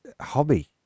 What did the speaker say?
hobby